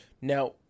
Now